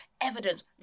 evidence